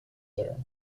there